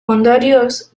ondorioz